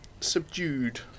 subdued